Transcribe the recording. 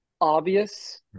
obvious